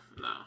No